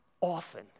often